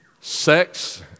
Sex